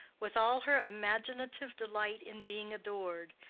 with all her imaginative delight in being adored,